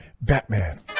Batman